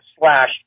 slash